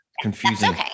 Confusing